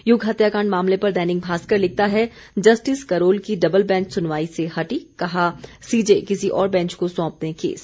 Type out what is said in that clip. यूग हत्याकांड मामले पर दैनिक भास्कर लिखता है जस्टिस करोल की डबल बैंच सुनवाई से हटी कहा सीजे किसी और बेंच को सौंप दें केस